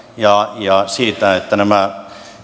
ja siitä että nämä